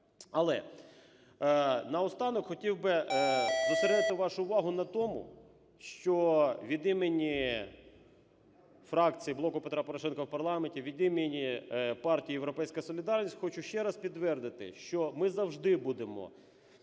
Але наостанок хотів би зосередити вашу увагу на тому, що від імені фракції "Блоку Петра Порошенка" в парламенті, від імені партії "Європейська Солідарність" хочу ще раз підтвердити, що ми завжди будемо